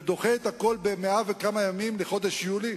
ודוחה הכול ביותר מ-100 ימים, לחודש יולי.